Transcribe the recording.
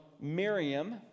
Miriam